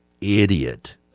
idiot